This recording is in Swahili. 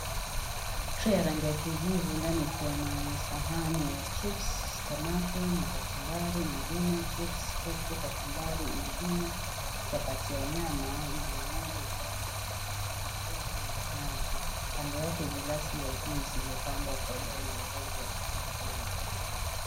Trei ya rangi ya kijivu ndani ikiwa na sahani ya chipsi, samaki na kachumbari, ingine chipsi, kuku, kachumbari, ingine chapati ya nyama na yai moja ikiwa na supu mchuzi wa nazi. Kando yake glasi ya juisi iliyopambwa kwa jani la rangi ya kijani.